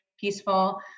peaceful